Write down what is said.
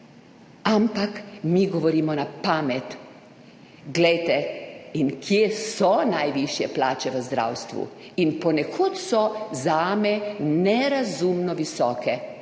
Ampak mi govorimo na pamet. Glejte, in kje so najvišje plače v zdravstvu? In ponekod so zame nerazumno visoke,